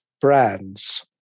brands